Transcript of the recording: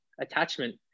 attachment